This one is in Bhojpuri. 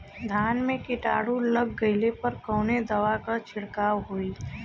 धान में कीटाणु लग गईले पर कवने दवा क छिड़काव होई?